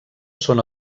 són